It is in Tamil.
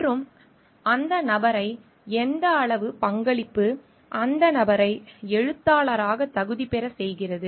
மற்றும் எது அந்த நபரை எந்த அளவு பங்களிப்பு அந்த நபரை எழுத்தாளராக தகுதி பெறச் செய்கிறது